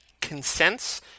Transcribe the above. consents